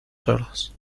sordos